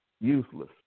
useless